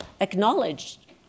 acknowledged